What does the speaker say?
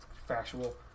factual